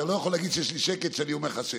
אתה לא יכול להגיד שיש לי שקט כשאני אומר לך שאין.